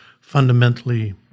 fundamentally